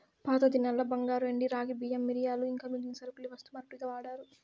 పాతదినాల్ల బంగారు, ఎండి, రాగి, బియ్యం, మిరియాలు ఇంకా మిగిలిన సరకులే వస్తు మార్పిడిగా వాడారు